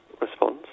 response